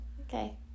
Okay